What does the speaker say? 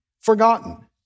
forgotten